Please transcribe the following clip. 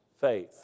faith